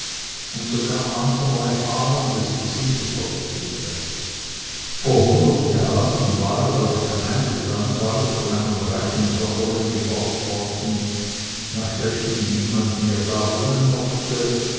und sogar mancherlei fahrendes gesinde verkehrte vor hundert jahren war es als ein kleines landhaus von einem reichen sonderling gebaut worden nach welchem niemand mehr da wohnen mochte